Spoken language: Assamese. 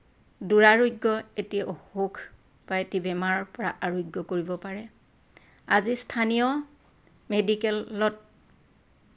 দুৰাৰোগ্য এটি অসুখ বা এটি বেমাৰৰ পৰা আৰোগ্য কৰিব পাৰে আজি স্থানীয় মেডিকেলত